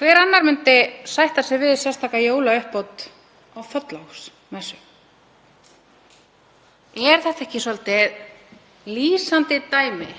Hver annar myndi sætta sig við sérstaka jólauppbót á Þorláksmessu? Er þetta ekki svolítið lýsandi dæmi